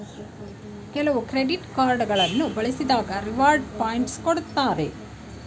ಕೆಲವು credit card ಗಳನ್ನು ಬಳಸಿದಾಗ ರಿವಾರ್ಡ್ ಪಾಯಿಂಟ್ಸ್ ಕೊಡ್ತಾರೆ